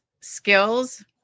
skills